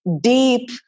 deep